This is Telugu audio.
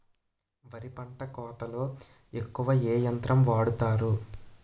వరి పంట కోతలొ ఎక్కువ ఏ యంత్రం వాడతారు?